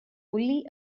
only